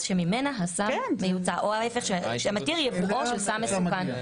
ממנה הסם מיוצא או המתיר יבואו של סם מסוכן".